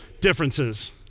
differences